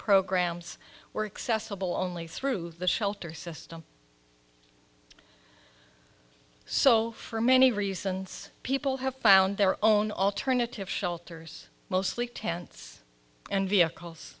programs were excessive only through the shelter system so for many reasons people have found their own alternative shelters mostly tents and vehicles